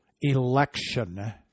election